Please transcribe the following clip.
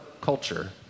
culture